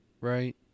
right